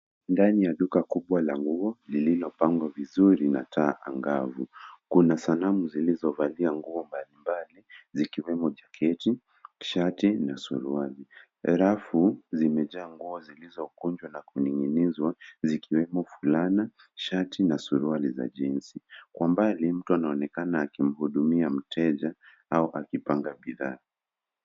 Ndani ya duka kubwa la nguo lililopangwa vizuri na taa angavu. Kuna sanamu zilzovalia nguo mbalimbali zikiwemo jaketi, shati na suruali. Rafu zimejaa nguo zilizokunjwa na kuning'inizwa zikiwemo fulana, shati na suruali za jinsi. Kwa mbali mtu anaonekana akimhudumia mteja au akipanga bidhaa.